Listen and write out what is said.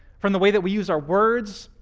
from the way that we use our words,